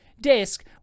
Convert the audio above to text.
desk